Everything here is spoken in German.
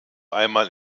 einmal